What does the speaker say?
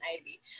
Ivy